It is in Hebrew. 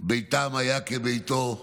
ביתם היה כביתו,